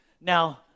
Now